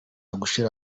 gushyira